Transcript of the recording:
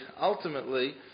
ultimately